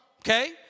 Okay